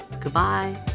Goodbye